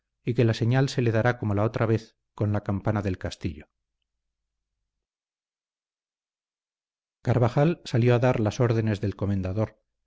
y que la señal se le dará como la otra vez con la campana del castillo carvajal salió a dar las órdenes del comendador